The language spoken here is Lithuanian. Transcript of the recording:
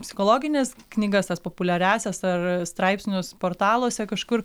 psichologines knygas tas populiariąsias ar straipsnius portaluose kažkur